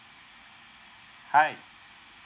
hi